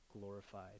glorified